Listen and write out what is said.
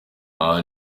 abo